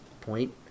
point